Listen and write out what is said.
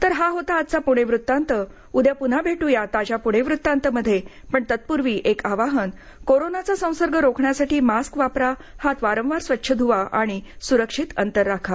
तर हा होता आजचा प्णे वृत्तांत उद्या प्न्हा भेट्र ताज्या प्णे वृत्तांत मध्ये पण तत्पूर्वी एक आवाहन कोरोनाचा संसर्ग रोखण्यासाठी मास्क वापरा हात वारंवार स्वच्छ ध्वा आणि स्रक्षित अंतर राखा